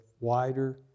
wider